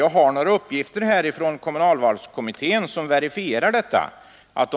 Jag har här en del uppgifter från kommunalvalskommittén som verifierar det påståendet.